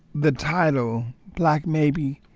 the title black maybe